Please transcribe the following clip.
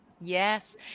Yes